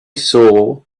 saw